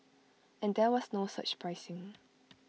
and there was no surge pricing